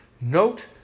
note